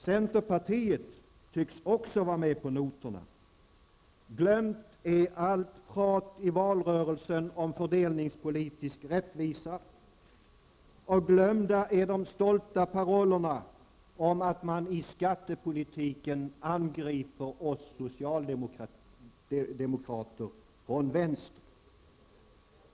Centern tycks också vara med på noterna. Glömt är allt prat i valrörelsen om fördelningspolitisk rättvisa, och glömda är de stolta parollerna om att man i skattepolitiken angriper oss socialdemokrater från vänster.